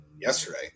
yesterday